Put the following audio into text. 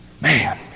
Man